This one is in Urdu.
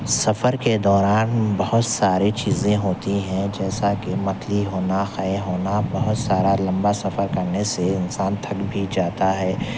سفر کے دوران بہت ساری چیزیں ہوتی ہیں جیسا کہ متلی ہونا قے ہونا بہت سارا لمبا سفر کرنے سے انسان تھک بھی جاتا ہے